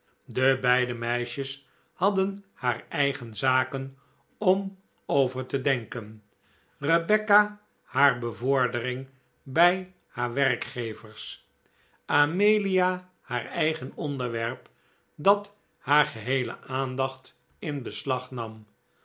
de beide meisjes hadden haar eigen zaken om over te denken rebecca haar bevordering bij haar werkgevers amelia haar eigen onderwerp dat haar geheele aandacht in beslag nam